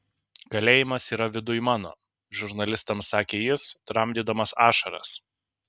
kalėjimas yra viduj mano žurnalistams sakė jis tramdydamas ašaras